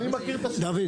אני מכיר את השיטות שלהם,